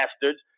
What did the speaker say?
bastards